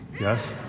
Yes